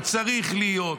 שהוא צריך להיות.